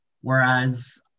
Whereas